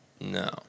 No